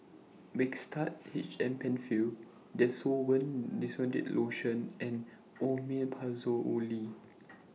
Mixtard H M PenFill Desowen Desonide Lotion and Omeprazole